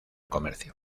comercio